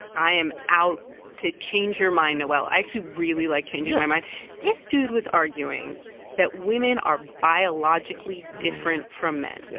i am out to change your mind, noel. i actually really like changing my mind yeah this dude was arguing that women are biologically different from men. yeah